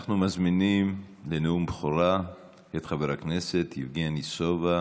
אנחנו מזמינים לנאום בכורה את חבר הכנסת יבגני סובה.